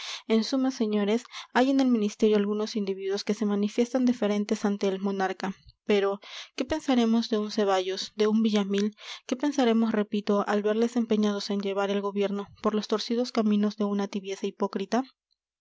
en suma señores hay en el ministerio algunos individuos que se manifiestan deferentes ante el monarca pero qué pensaremos de un ceballos de un villamil qué pensaremos repito al verles empeñados en llevar el gobierno por los torcidos caminos de una tibieza hipócrita